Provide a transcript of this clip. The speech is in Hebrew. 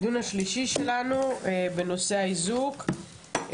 הדיון השלישי שלנו בנושא האיזוק,